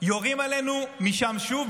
יורים עלינו משם שוב.